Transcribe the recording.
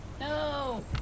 No